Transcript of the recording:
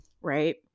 Right